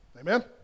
Amen